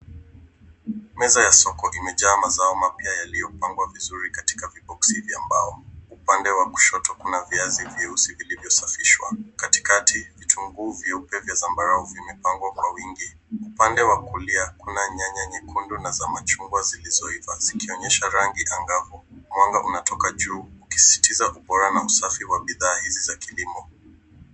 Meza ya soko imejaa mazao mapya yaliyopangwa vizuri kwenye viboksi vya mbao. Upande wa kushoto kuna viazi vyeusi vilivyosafishwa. Katikati vitunguu vyeupe vya zambarau vimepangwa kwa wingi. Upande wa kulia kuna nyanya nyekundu na machungwa zilizoiva zikionyesha rangi angavu. Mwanga unatoka juu ukisisitiza ubora na usafi wa bidhaa hizi za kilimo.